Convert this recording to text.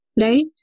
right